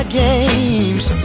games